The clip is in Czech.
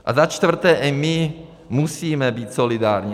A za čtvrté, i my musíme být solidární.